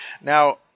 Now